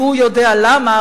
והוא יודע למה,